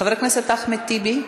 חבר הכנסת אחמד טיבי?